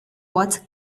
was